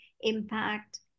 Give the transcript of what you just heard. impact